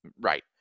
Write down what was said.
Right